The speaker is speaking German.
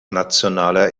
nationaler